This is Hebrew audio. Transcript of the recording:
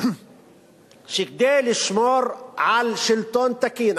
שכדי לשמור על שלטון תקין,